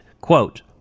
quote